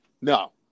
No